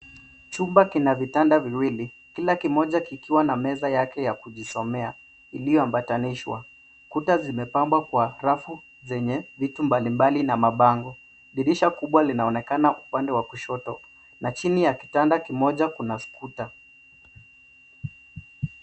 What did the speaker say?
Chumba kina vitanda viwili, kila kimoja kikiwa na meza yake ya kujisomea iliyoambatanishwa. Kuta zimepambwa kwa rafu zenye vitu mbalimbali na mabango. Dirisha kubwa linaonekana upande wa kushoto, na chini ya kitanda kimoja kuna skuta.